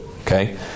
Okay